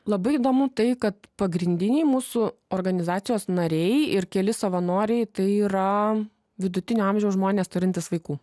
labai įdomu tai kad pagrindiniai mūsų organizacijos nariai ir keli savanoriai tai yra vidutinio amžiaus žmonės turintys vaikų